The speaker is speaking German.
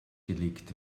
gelegt